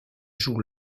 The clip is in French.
joue